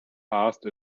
asked